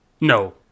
No